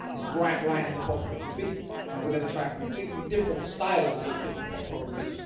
it's right right in the pocket of the beat. now we're gonna try a completely different style of beat, different tempo of beat.